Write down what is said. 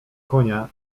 konia